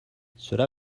cela